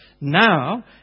Now